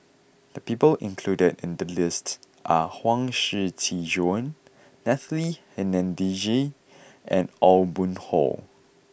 the people included in the list are Huang Shiqi Joan Natalie Hennedige and Aw Boon Haw